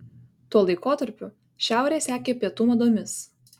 tuo laikotarpiu šiaurė sekė pietų madomis